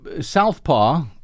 Southpaw